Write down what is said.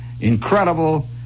incredible